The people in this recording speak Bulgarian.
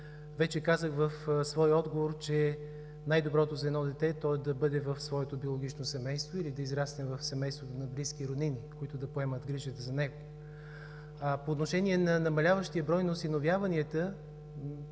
Вече казах в своя отговор, че най-доброто за едно дете е то да бъде в своето биологично семейство или да израсне в семейството на близки роднини, които да поемат грижата за него. По отношение на намаляващия брой на осиновяванията,